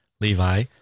Levi